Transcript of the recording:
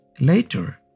Later